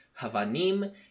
havanim